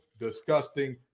disgusting